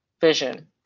vision